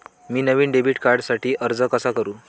मी नवीन डेबिट कार्डसाठी अर्ज कसा करु?